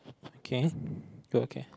okay you okay